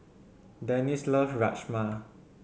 Dennis loves Rajma